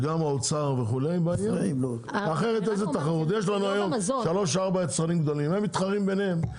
יש לנו היום שלושה או ארבעה יצרנים גדולים שמתחרים ביניהם.